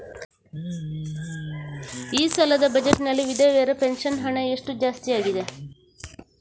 ಈ ಸಲದ ಬಜೆಟ್ ನಲ್ಲಿ ವಿಧವೆರ ಪೆನ್ಷನ್ ಹಣ ಎಷ್ಟು ಜಾಸ್ತಿ ಆಗಿದೆ?